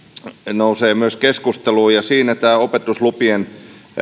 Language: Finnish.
nousee myös keskusteluun ja siinä tämä opetuslupien